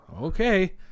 Okay